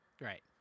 right